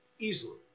Easily